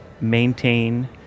maintain